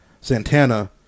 Santana